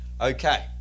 Okay